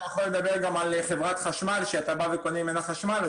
אתה יכול לדבר גם על חברת חשמל שאתה בא וקונה ממנה חשמל.